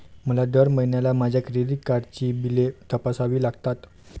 मला दर महिन्याला माझ्या क्रेडिट कार्डची बिले तपासावी लागतात